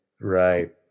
Right